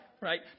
Right